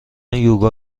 یوگا